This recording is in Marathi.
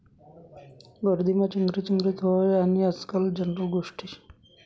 गर्दीमा चेंगराचेंगरी व्हनं हायी आजकाल जनरल गोष्ट शे